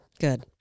good